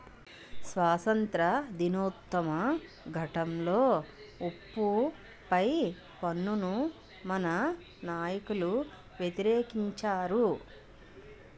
స్వాతంత్రోద్యమ ఘట్టంలో ఉప్పు పై పన్నును మన నాయకులు వ్యతిరేకించారు